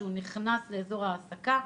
כשהוא נכנס לאזור ההעסקה,